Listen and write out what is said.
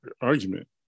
argument